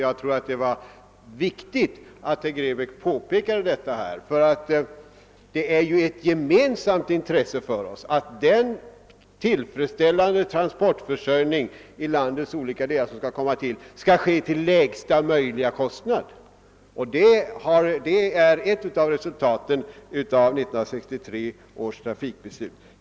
Jag tror det var viktigt att herr Grebäck påpekade detta, ty det är ju ett gemensamt intresse att den tillfredsställande transportförsörjningen i landets olika delar, som måste komma till stånd, sker till lägsta möjliga kostnad. Detta är ett av resultaten av 1963 års trafikbeslut.